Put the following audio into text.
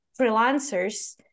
freelancers